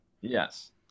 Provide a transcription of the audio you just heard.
Yes